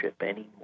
anymore